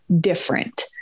different